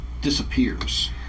disappears